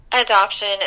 adoption